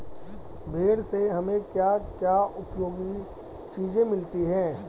भेड़ से हमें क्या क्या उपयोगी चीजें मिलती हैं?